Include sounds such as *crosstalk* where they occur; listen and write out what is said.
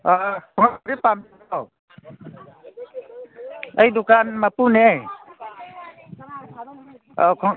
*unintelligible* ꯑꯩ ꯗꯨꯀꯥꯟ ꯃꯄꯨꯅꯦ